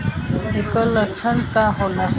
ऐकर लक्षण का होला?